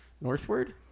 northward